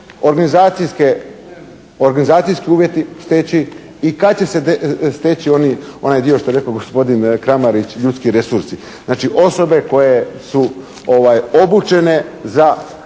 organizacijski uvjeti steći i kad će se steći onaj dio što je rekao gospodin Kramarić ljudski resursi. Znači, osobe koje su obučene za